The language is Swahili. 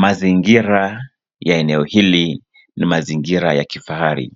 Mazingira ya eneo hili ni mazingira ya kifahari.